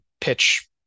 pitch